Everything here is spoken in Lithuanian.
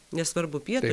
nesvarbu pietūs